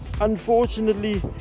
unfortunately